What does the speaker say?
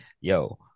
Yo